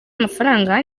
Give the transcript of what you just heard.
amafaranga